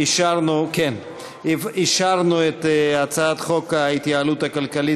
אישרנו את הצעת חוק ההתייעלות הכלכלית